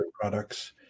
products